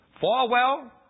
Farwell